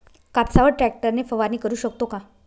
कापसावर ट्रॅक्टर ने फवारणी करु शकतो का?